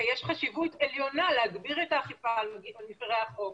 יש חשיבות עליונה להגביר את האכיפה על מפרי החוק.